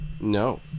No